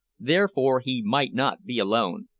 therefore he might not be alone,